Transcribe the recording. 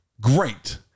Great